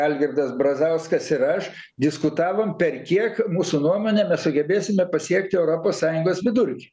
algirdas brazauskas ir aš diskutavom per kiek mūsų nuomone mes sugebėsime pasiekti europos sąjungos vidurkį